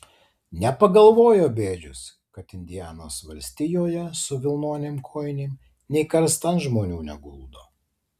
nepagalvojo bėdžius kad indianos valstijoje su vilnonėm kojinėm nė karstan žmonių neguldo